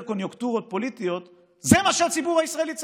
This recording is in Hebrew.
קוניוקטורות פוליטיות זה מה שהציבור הישראלי צריך.